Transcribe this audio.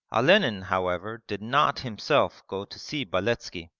olenin however did not himself go to see beletski.